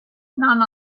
none